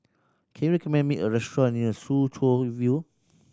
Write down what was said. can you recommend me a restaurant near Soo Chow View